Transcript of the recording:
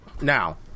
Now